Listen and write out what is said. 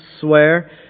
swear